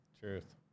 Truth